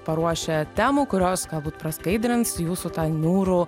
paruošę temų kurios galbūt praskaidrins jūsų tą niūrų